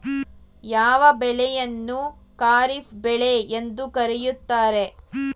ಯಾವ ಬೆಳೆಯನ್ನು ಖಾರಿಫ್ ಬೆಳೆ ಎಂದು ಕರೆಯುತ್ತಾರೆ?